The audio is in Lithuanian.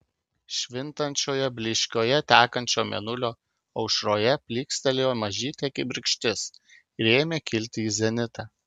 švintančioje blyškioje tekančio mėnulio aušroje plykstelėjo mažytė kibirkštis ir ėmė kilti į zenitą